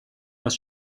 aus